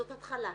זאת התחלה.